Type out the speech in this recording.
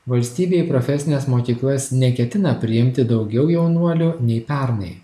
valstybė į profesines mokyklas neketina priimti daugiau jaunuolių nei pernai